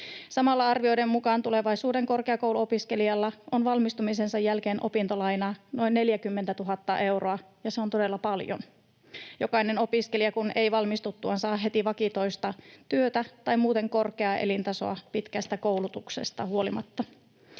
Samalla arvioiden mukaan tulevaisuuden korkeakouluopiskelijalla on valmistumisensa jälkeen opintolainaa noin 40 000 euroa, ja se on todella paljon, jokainen opiskelija kun ei valmistuttuaan saa heti vakituista työtä tai muuten korkeaa elintasoa pitkästä koulutuksesta huolimatta.